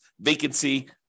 vacancy